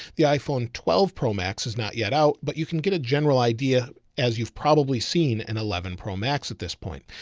the iphone twelve pro max is not yet out, but you can get a general idea as you've probably seen an eleven pro max at this point.